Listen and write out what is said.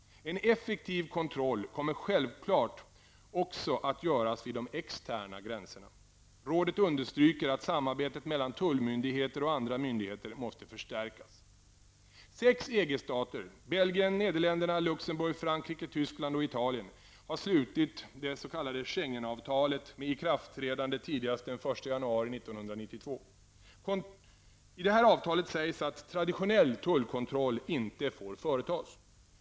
En effektiv kontroll kommer självfallet också att göras vid de externa gränserna. Rådet understryker att samarbetet mellan tullmyndigheter och andra myndigheter måste förstärkas. Luxemburg, Frankrike, Tyskland och Italien -- har slutit det s.k. Schengen-avtalet med ikraftträdande tidigast den 1 januari 1992. I detta avtal sägs att traditionell tullkontroll inte får företas.